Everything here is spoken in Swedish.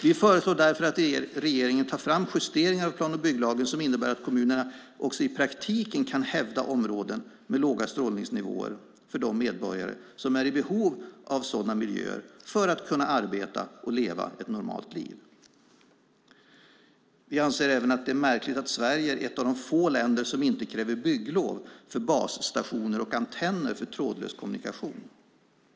Vi föreslår därför att regeringen tar fram justeringar av plan och bygglagen som innebär att kommunerna också i praktiken kan hävda områden med låga strålningsnivåer för de medborgare som är i behov av sådana miljöer för att kunna arbeta och leva ett normalt liv. Vi anser även att det är märkligt att Sverige är ett av de få länder som inte kräver bygglov för basstationer och antenner för trådlös kommunikation.